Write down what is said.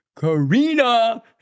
Karina